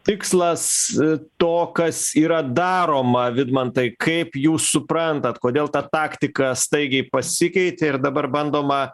tikslas to kas yra daroma vidmantai kaip jūs suprantat kodėl ta taktika staigiai pasikeitė ir dabar bandoma